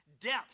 depth